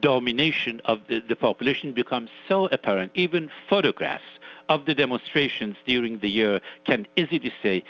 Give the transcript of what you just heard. domination of the the population becomes so apparent, even photographs of the demonstrations during the year can easy to say,